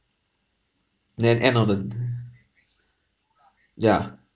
then end of the d~ yeah